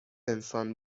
انسان